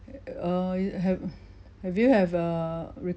err you have have you have a